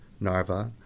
Narva